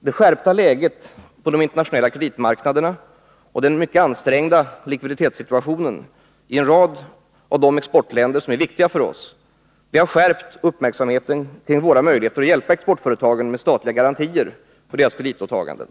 Det skärpta läget på de internationella kreditmarknaderna och den ansträngda likviditetssituationen i en rad av de exportländer som är viktiga för oss har skärpt uppmärksamheten kring våra möjligheter att hjälpa exportföretagen med statliga garantier för deras kreditåtaganden.